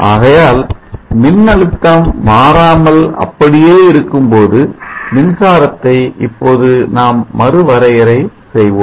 ஆகையால் மின் அழுத்தம் மாறாமல் அப்படியே இருக்கும் போது மின்சாரத்தை இப்போது நாம் மறுவரையரை செய்வோம்